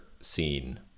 scene